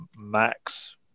max